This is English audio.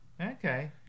Okay